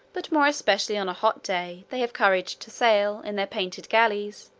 but more especially on a hot day, they have courage to sail, in their painted galleys,